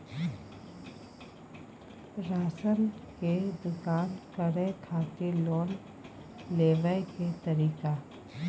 Ration के दुकान करै खातिर लोन लेबै के तरीका?